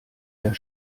der